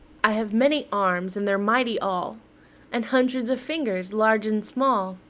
i have many arms, and they're mighty all and hundreds of fingers, large and small.